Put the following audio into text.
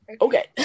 okay